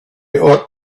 ought